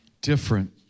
different